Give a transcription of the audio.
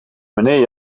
meneer